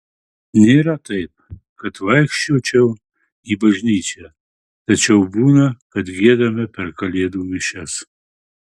nėra taip kad vaikščiočiau į bažnyčią tačiau būna kad giedame per kalėdų mišias